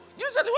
usually